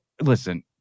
listen